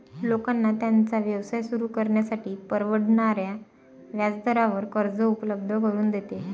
लोकांना त्यांचा व्यवसाय सुरू करण्यासाठी परवडणाऱ्या व्याजदरावर कर्ज उपलब्ध करून देते